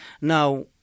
Now